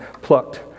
plucked